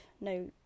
no